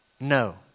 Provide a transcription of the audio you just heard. no